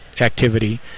activity